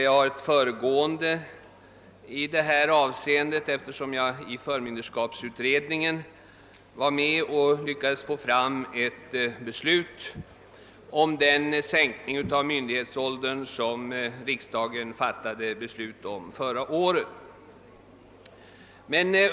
Jag har ett föregående i detta avseende, eftersom jag var med i förmynderskapsutredningen och där lyckades få fram det förslag om den sänkning av myndighetsåldern, som riksdagen fattade beslut om förra året.